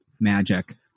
magic